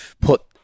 put